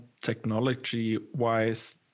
technology-wise